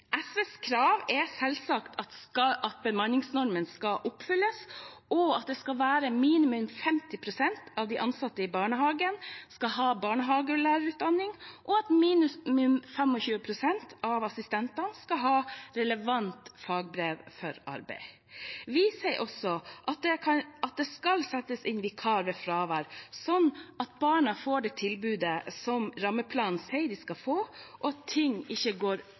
SVs krav er selvsagt at bemanningsnormen skal oppfylles, at minimum 50 pst. av de ansatte i barnehagen skal ha barnehagelærerutdanning, og at minimum 25 pst. av assistentene skal ha relevant fagbrev for arbeid. Vi sier også at det skal settes inn vikar ved fravær, slik at barna får det tilbudet som rammeplanen sier de skal få, og at ting ikke går